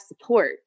support